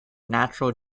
natural